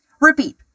Repeat